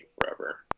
forever